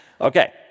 Okay